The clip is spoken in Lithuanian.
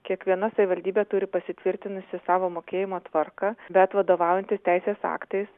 kiekviena savivaldybė turi pasitvirtinusi savo mokėjimo tvarką bet vadovaujantis teisės aktais